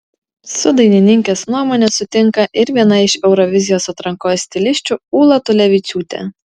su dainininkės nuomone sutinka ir viena iš eurovizijos atrankos stilisčių ūla tulevičiūtė